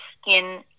skin